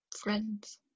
friends